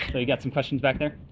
so you got some questions back there.